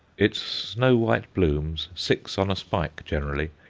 its snow-white blooms, six on a spike generally,